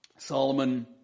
Solomon